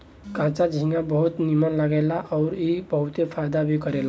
कच्चा झींगा बहुत नीमन लागेला अउरी ई बहुते फायदा भी करेला